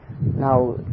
Now